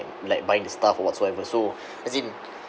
like buying the stuff or whatsoever so as in